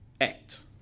Act